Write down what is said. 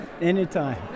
Anytime